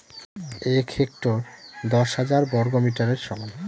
এক হেক্টর দশ হাজার বর্গমিটারের সমান